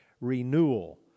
renewal